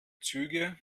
züge